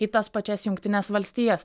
į tas pačias jungtines valstijas